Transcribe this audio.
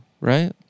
Right